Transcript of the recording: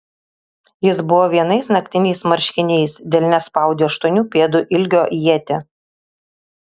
jis buvo vienais naktiniais marškiniais delne spaudė aštuonių pėdų ilgio ietį